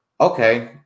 okay